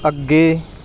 ਅੱਗੇ